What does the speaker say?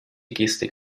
gestik